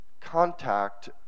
contact